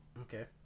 Okay